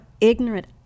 ignorant